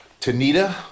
Tanita